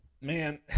Man